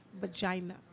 vagina